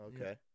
Okay